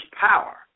power